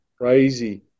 Crazy